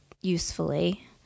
usefully